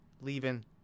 leaving